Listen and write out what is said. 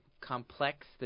complex